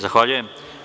Zahvaljujem.